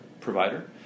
provider